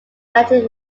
magnetic